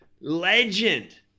legend